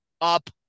up